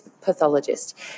pathologist